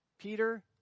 Peter